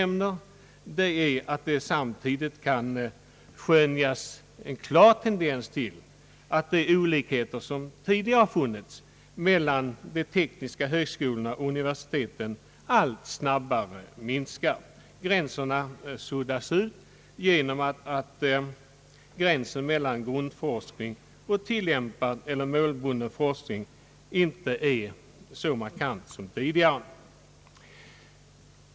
Utskottet anför vidare: »Samtidigt kan klart skönjas tendensen att de olikheter som tidigare funnits mellan de tekniska högskolorna och universiteten allt snabbare minskar.» Gränsen mellan grundforskning och tillämpad eller målbunden forskning är inte längre så markant som tidigare.